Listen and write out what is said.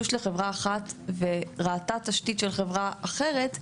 לחברה אחת וראתה תשתית של חברה אחרת,